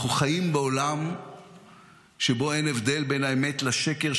אנחנו חיים בעולם שבו אין הבדל בין האמת לשקר,